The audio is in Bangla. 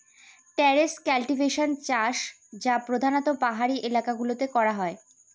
ট্যারেস কাল্টিভেশন বা চাষ প্রধানত পাহাড়ি এলাকা গুলোতে করা হয়